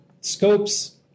Scopes